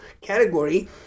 category